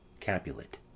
Capulet